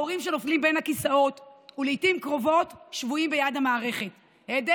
ההורים שנופלים בין הכיסאות ולעיתים קרובות שבויים ביד המערכת והיעדר